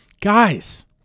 Guys